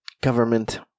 government